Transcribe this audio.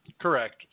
Correct